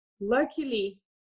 luckily